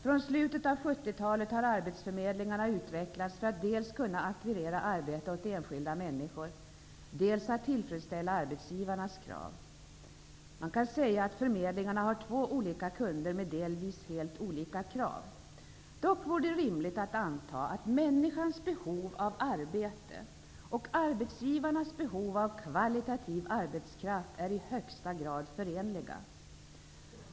Från slutet av 70-talet har arbetsförmedlingarna utvecklats för att dels kunna ackvirera arbete åt enskilda människor, dels tillfredsställa arbetsgivarnas krav. Man kan säga att förmedlingarna har två olika kunder med delvis helt olika krav. Dock vore det rimligt att anta att människans behov av arbete och arbetsgivarnas behov av kvalitativ arbetskraft är i högsta grad förenliga.